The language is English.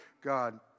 God